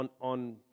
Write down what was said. On